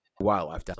wildlife